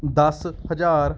ਦਸ ਹਜ਼ਾਰ